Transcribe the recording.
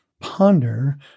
ponder